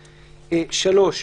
(3)